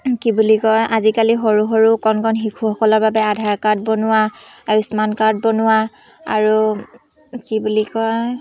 কি বুলি কয় আজিকালি সৰু সৰু কণ কণ শিশুসকলৰ বাবে আধাৰ কাৰ্ড বনোৱা আয়ুস্মান কাৰ্ড বনোৱা আৰু কি বুলি কয়